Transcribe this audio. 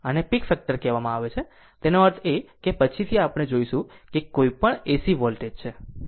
આને peak factor કહેવામાં આવે છે તેનો અર્થ એ કે પછીથી આપણે જોઈશું કે કોઈપણ AC વોલ્ટેજ છે